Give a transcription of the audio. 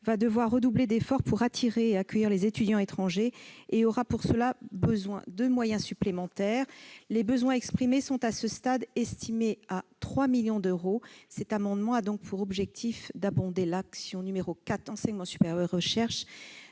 va devoir redoubler d'efforts pour attirer et accueillir les étudiants étrangers et aura besoin, pour ce faire, de moyens supplémentaires. Les besoins exprimés s'élèvent, à ce stade, à 3 millions d'euros. Cet amendement vise donc à alimenter l'action n° 4, Enseignement supérieur et recherche